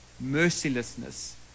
mercilessness